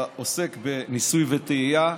אתה עוסק בניסוי וטעייה.